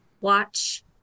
Watch